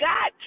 God